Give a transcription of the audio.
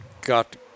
got